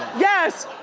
yes.